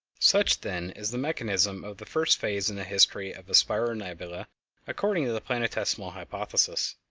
such, then, is the mechanism of the first phase in the history of a spiral nebula according to the planetesimal hypothesis.